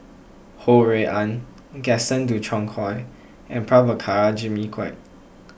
Ho Rui An Gaston Dutronquoy and Prabhakara Jimmy Quek